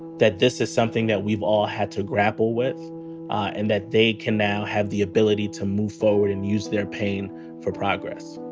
that this is something that we've all had to grapple with and that they can now have the ability to move forward and use their pain for progress